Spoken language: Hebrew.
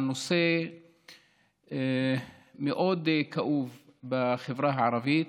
על נושא מאוד כאוב בחברה הערבית,